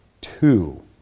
two